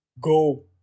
Go